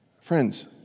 Friends